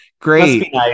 great